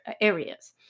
areas